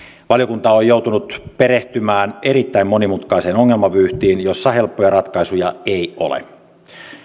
valiokunta on joutunut perehtymään erittäin monimutkaiseen ongelmavyyhtiin jossa helppoja ratkaisuja ei ole